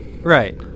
right